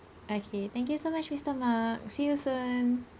okay thank you so much mister mark see you soon